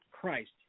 Christ